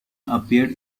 appeared